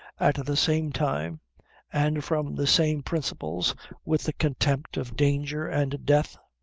at the same time and from the same principles with the contempt of danger and death?